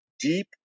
deep